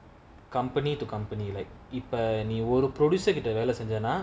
company to company like ebony wood are producing it and ah